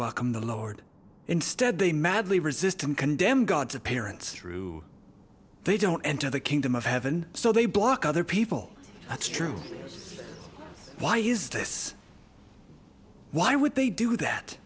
welcome the lord instead they madly resist him condemn gods of parents through they don't enter the kingdom of heaven so they block other people that's true why is this why would they do that